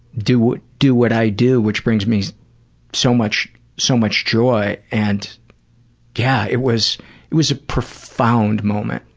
do do what i do which brings me so much so much joy and yeah, it was it was a profound moment.